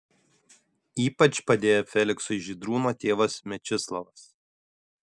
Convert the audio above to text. ypač padėjo feliksui žydrūno tėvas mečislovas